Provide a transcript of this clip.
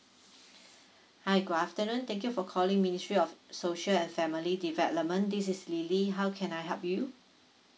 hi good afternoon thank you for calling ministry of social and family development this is lily how can I help you